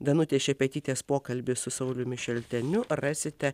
danutės šepetytės pokalbį su sauliumi šalteniu rasite